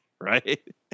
right